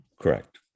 Correct